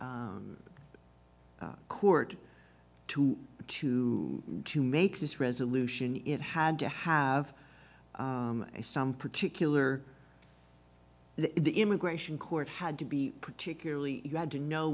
court to to to make this resolution it had to have some particular the immigration court had to be particularly you had to know